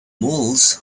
mules